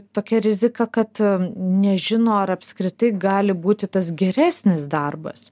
tokia rizika kad nežino ar apskritai gali būti tas geresnis darbas